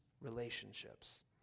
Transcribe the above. relationships